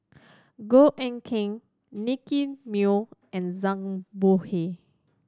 Goh Eck Kheng Nicky Moey and Zhang Bohe